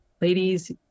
ladies